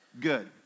good